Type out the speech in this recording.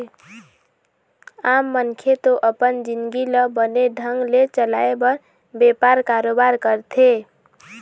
आम मनखे तो अपन जिंनगी ल बने ढंग ले चलाय बर बेपार, कारोबार करथे